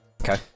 Okay